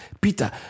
Peter